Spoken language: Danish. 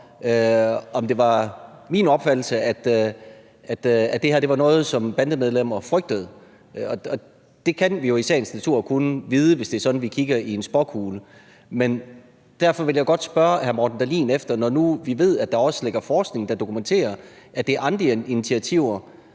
om det var min opfattelse, at det her var noget, som bandemedlemmer frygtede, og det kan vi jo i sagens natur kun vide, hvis det er sådan, at vi kigger i en spåkugle. Men derfor vil jeg godt spørge hr. Morten Dahlin: Når nu vi ved, at der også ligger forskning, der dokumenterer, at det er andre initiativer,